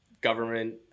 government